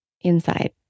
inside